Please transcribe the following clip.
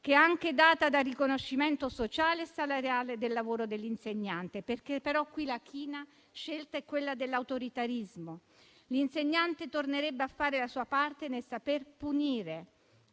che è anche data dal riconoscimento sociale e salariale del lavoro dell'insegnante. Però qui la china scelta è quella dell'autoritarismo. L'insegnante tornerebbe a fare la sua parte nel saper punire;